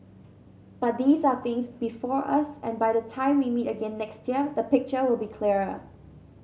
but these are things before us and by the time we meet again next year the picture will be clearer